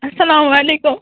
اَسَلام علیکُم